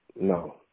No